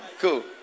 cool